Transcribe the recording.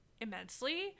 immensely